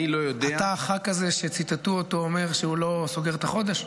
אני לא יודע --- אתה הח"כ הזה שציטטו אותו שהוא לא סוגר את החודש?